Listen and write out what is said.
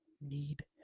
need